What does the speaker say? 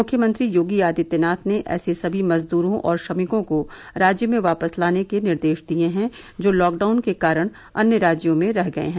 मुख्यमंत्री योगी आदित्यनाथ ने ऐसे सभी मजदूरों और श्रमिकों को राज्य में वापस लाने के निर्देश दिए हैं जो लॉकडाउन के कारण अन्य राज्यों में रह गए हैं